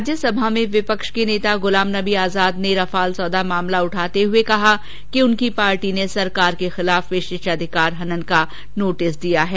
राज्यसभा में विपक्ष के नेता गुलाम नबी आजाद ने रफाल सौदा मामला उठाते हुए कहा कि उनकी पार्टी ने सरकार के खिलाफ विशेषाधिकार हनन का नोटिस दिया है